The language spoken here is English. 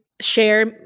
share